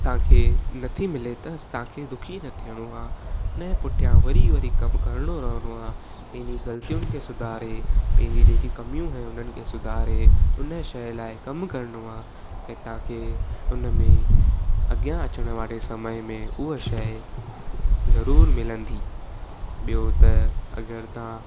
तव्हांखे नथी मिले त तव्हांखे दुख़ी न थियणो आहे हुनजे पुठियां वरी वरी कम करिणो रहिणो आहे इन ग़लतियुनि खे सुधारे पंहिंजी जेकी कमियूं आहिनि हुननि खे सुधारे उन शइ लाइ कम करिणो आहे ऐं तव्हांखे हुनमें अॻियां अचनि वारे समय में उअ शइ ज़रूर मिलंदी ॿियो त अगरि तव्हां